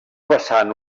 vessant